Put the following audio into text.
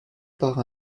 par